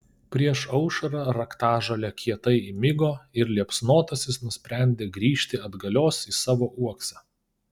prieš aušrą raktažolė kietai įmigo ir liepsnotasis nusprendė grįžti atgalios į savo uoksą